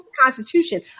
Constitution